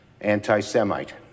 anti-semite